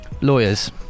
Lawyers